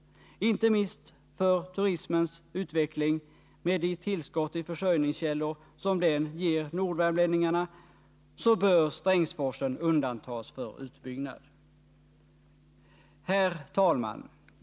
Inte minst för turismens utveckling, med de tillskott i försörjningskällor som den ger nordvärmlänningarna, bör Strängsforsen undantas från utbyggnad. Herr talman!